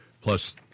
plus